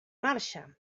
marxa